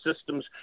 systems